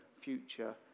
future